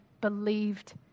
believed